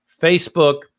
Facebook